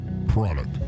product